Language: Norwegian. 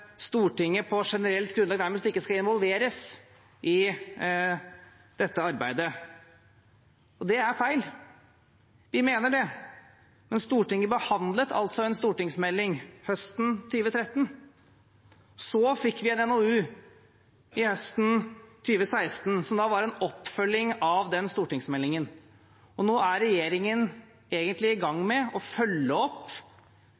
Stortinget på generelt grunnlag nærmest ikke skal involveres i dette arbeidet. Det er feil. Vi mener det, men Stortinget behandlet en stortingsmelding om dette høsten 2013. Så fikk vi en NOU høsten 2016, som var en oppfølging av den stortingsmeldingen, og nå er regjeringen egentlig i